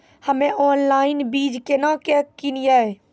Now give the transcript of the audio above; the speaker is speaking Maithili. हम्मे ऑनलाइन बीज केना के किनयैय?